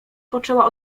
poczęła